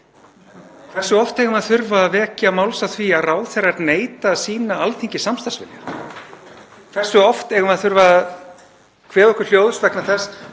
Hversu oft eigum við að þurfa að vekja máls á því að ráðherrar neiti að sýna Alþingi samstarfsvilja? Hversu oft eigum við að þurfa að kveðja okkur hljóðs vegna þess